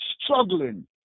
struggling